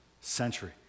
century